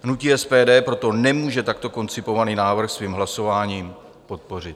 Hnutí SPD proto nemůže takto koncipovaný návrh svým hlasováním podpořit.